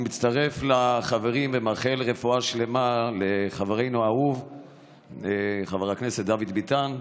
אני מצטרף לחברים ומאחל רפואה שלמה לחברנו האהוב חבר הכנסת דוד ביטן.